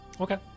Okay